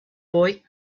boy